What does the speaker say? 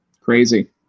Crazy